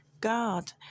God